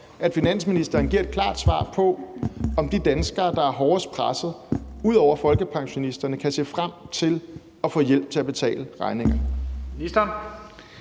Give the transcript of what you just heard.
at finansministeren giver et klart svar på, om de danskere – ud over folkepensionisterne – der er hårdest presset, kan se frem til at få hjælp til at betale regningerne.